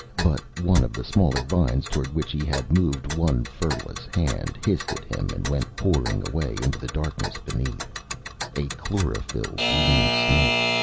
but one of the smaller vines toward which he had moved one furless hand hissed at him and went pouring away into the darkness beneath a chlorophyll-green snake,